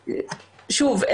שוב,